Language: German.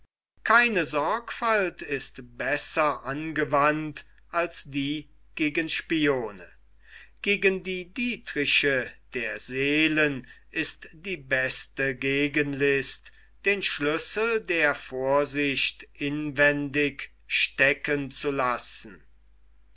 keine sorgfalt ist besser angewandt als die gegen spione gegen die dietriche der seelen ist die beste gegenlist den schlüssel der vorsicht inwendig stecken zu lassen